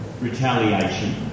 retaliation